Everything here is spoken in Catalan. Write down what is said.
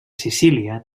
sicília